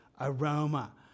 aroma